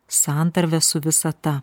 santarvę su visata